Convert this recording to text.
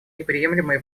неприемлемой